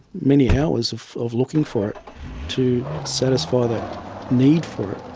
many hours of of looking for it to satisfy the need for it.